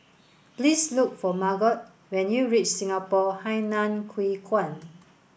please look for Margot when you reach Singapore Hainan Hwee Kuan